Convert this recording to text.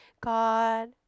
God